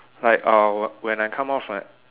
like uh when I come out from